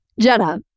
jenna